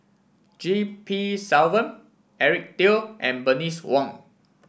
G P Selvam Eric Teo and Bernice Wong